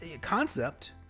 concept